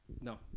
No